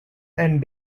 and